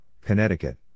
Connecticut